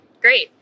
Great